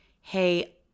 hey